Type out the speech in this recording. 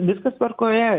viskas tvarkoje